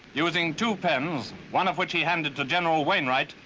using two pens, one of which he handed to general wainwright,